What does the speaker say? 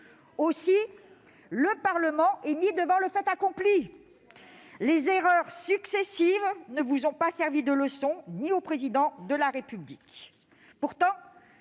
Ainsi, le Parlement est mis devant le fait accompli. Les erreurs successives ne vous ont pas servi de leçon, pas plus qu'au Président de la République.